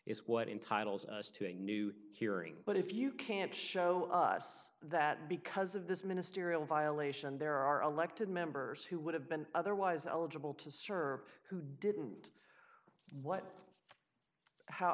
what in titles to a new hearing but if you can't show us that because of this ministerial violation there are elected members who would have been otherwise eligible to serve who didn't what how